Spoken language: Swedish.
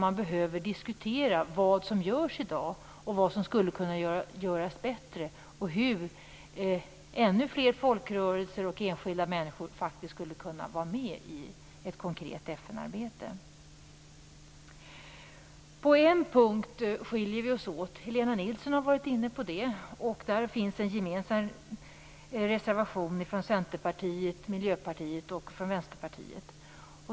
Man behöver diskutera vad som görs i dag, vad som skulle kunna göras bättre och hur ännu fler folkrörelser och enskilda människor faktiskt skulle kunna vara med i ett konkret FN-arbete. På en punkt skiljer vi oss åt. Helena Nilsson har varit inne på det, och där finns det en gemensam reservation från Centerpartiet, Miljöpartiet och Vänsterpartiet.